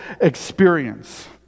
experience